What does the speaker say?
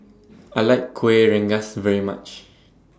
I like Kueh Rengas very much